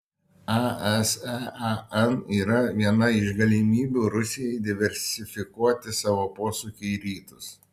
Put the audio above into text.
asean yra viena iš galimybių rusijai diversifikuoti savo posūkį į rytus